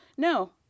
No